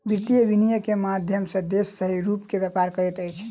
वित्तीय विनियम के माध्यम सॅ देश सही रूप सॅ व्यापार करैत अछि